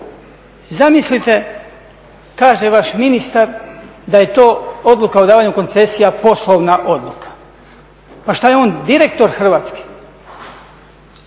Zamislite kaže vaš ministar da je to odluka o davanju koncesija poslovna odluka. Pa šta je on direktor Hrvatske?